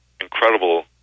incredible